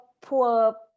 poor